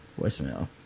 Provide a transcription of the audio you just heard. voicemail